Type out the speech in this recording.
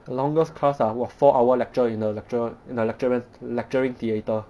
the longest class ah !wah! four hour lecture in a lecturer in a lecturer lecturing theatre